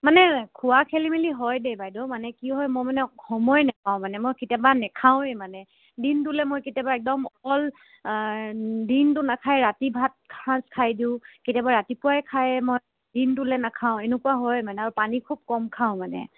মানে খোৱা খেলি মেলি হয় দেই বাইদেউ মানে কি হয় মই মানে সময় নাপাও মানে মই কেতিয়াবা নাখাৱেই মানে দিনটোলৈ মই কেতিয়াবা একদম অকল দিনটো নাখায় ৰাতি ভাত সাজ খাই দিওঁ কেতিয়াবা ৰাতিপুৱাই খায় মই দিনটোলৈ নাখাওঁ এনেকুৱা হয় মানে আৰু পানী খুব কম খাওঁ মানে